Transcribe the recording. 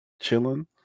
Chilling